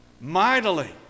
mightily